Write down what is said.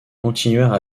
continuèrent